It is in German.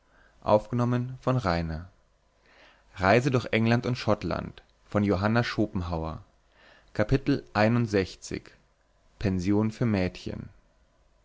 tag pension für mädchen